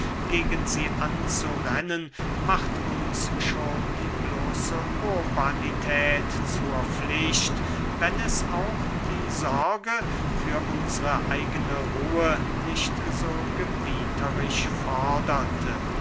gegen sie anzurennen macht uns schon die bloße urbanität zur pflicht wenn es auch die sorge für unsre eigene ruhe nicht so gebieterisch forderte